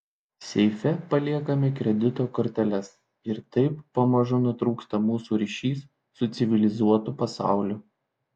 seife paliekame kredito korteles ir taip pamažu nutrūksta mūsų ryšys su civilizuotu pasauliu